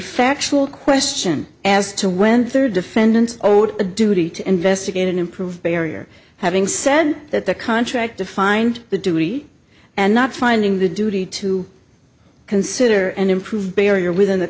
factual question as to when third defendants owed a duty to investigate an improved barrier having said that the contract defined the duty and not finding the duty to consider and improve barrier within the